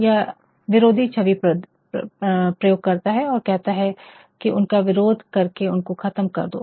वह विरोधी छवि प्रयोग करता है और कहता है की उनका विरोध करके उनको ख़तम कर दो